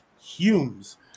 Humes